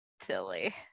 silly